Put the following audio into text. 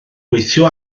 gweithio